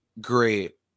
great